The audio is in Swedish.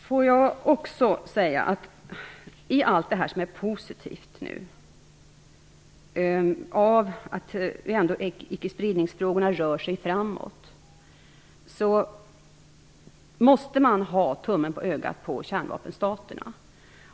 Låt mig också säga att trots allt som är positivt nu, att icke-spridningsfrågorna ändå rör sig framåt, måste man ha tummen i ögat på kärnvapenstaterna.